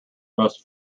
most